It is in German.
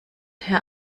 herr